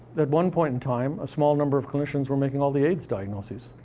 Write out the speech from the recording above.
at one point in time, a small number of clinicians were making all the aids diagnoses.